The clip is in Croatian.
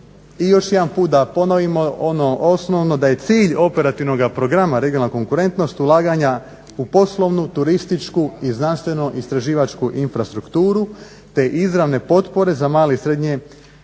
I još jedan put da ponovimo ono osnovno, da je cilj Operativnog programa "Regionalna konkurentnost" ulaganja u poslovnu, turističku i znanstveno-istraživačku infrastrukturu te izravne potpore za male i srednje